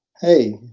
hey